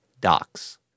docs